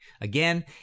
again